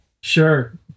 Sure